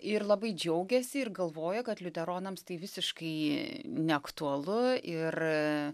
ir labai džiaugiasi ir galvoja kad liuteronams tai visiškai neaktualu ir